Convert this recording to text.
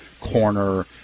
corner